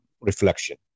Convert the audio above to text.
reflection